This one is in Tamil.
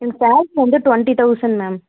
எனக்கு சேலரி வந்து டொண்ட்டி தௌசண்ட் மேம்